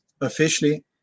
officially